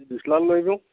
জুইশলা এটা লৈ আহিবিচোন